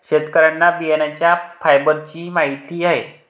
शेतकऱ्यांना बियाण्यांच्या फायबरचीही माहिती आहे